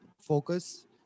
focus